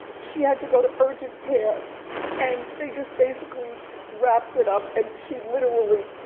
she had to go to urgent care and they just basically wrapped it up and she literally